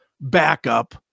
backup